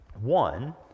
One